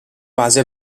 base